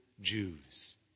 Jews